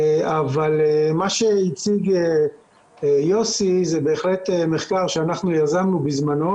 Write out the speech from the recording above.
אבל מה שהציג יוסי זה בהחלט מחקר שאנחנו יזמנו בזמנו